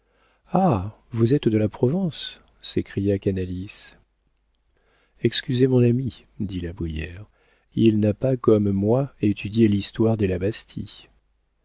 ah vous êtes de la provence s'écria canalis excusez mon ami dit la brière il n'a pas comme moi étudié l'histoire des la bastie